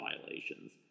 violations